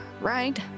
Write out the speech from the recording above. right